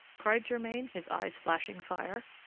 cried germain, his eyes flashing fire.